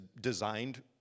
designed